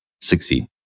succeed